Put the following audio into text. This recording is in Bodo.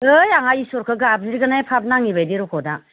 है आंहा इसोरखौ गाबज्रिगोनहाय फाफ नाङै बायदि रख'दा